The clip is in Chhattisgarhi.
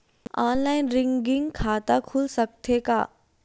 ऑनलाइन रिकरिंग खाता खुल सकथे का?